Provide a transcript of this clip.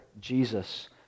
Jesus